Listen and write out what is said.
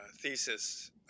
thesis